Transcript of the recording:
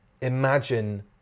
imagine